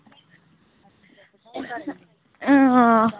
आं